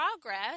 progress